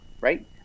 right